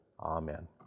Amen